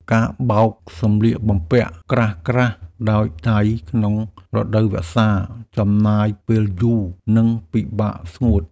ការបោកសម្លៀកបំពាក់ក្រាស់ៗដោយដៃក្នុងរដូវវស្សា ចំណាយពេលយូរ និងពិបាកស្ងួត។